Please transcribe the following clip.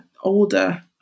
older